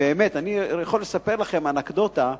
אני יכול לספר לכם אנקדוטה: